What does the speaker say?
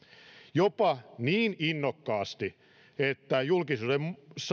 jopa niin innokkaasti että julkisuudessa